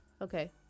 okay